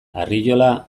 arriola